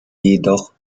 jedoch